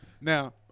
Now